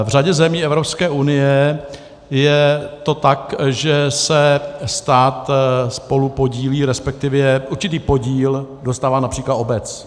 V řadě zemí Evropské unie je to tak, že se stát spolupodílí, respektive určitý podíl dostává například obec.